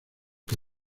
que